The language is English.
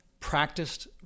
practiced